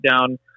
down